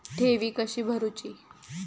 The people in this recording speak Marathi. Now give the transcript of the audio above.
ठेवी कशी भरूची?